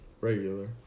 Regular